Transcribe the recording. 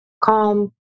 calm